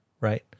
Right